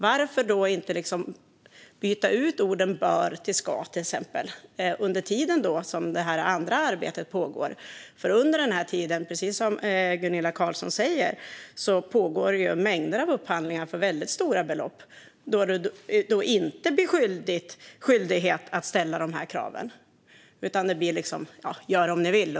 Varför inte till exempel byta ut ordet "bör" till "ska" under tiden det andra arbetet pågår? Under den tiden pågår ju, precis som Gunilla Carlsson säger, mängder av upphandlingar för väldigt stora belopp. Då finns det ingen skyldighet att ställa de här kraven. Det blir ungefär: Gör det om ni vill.